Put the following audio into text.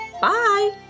Bye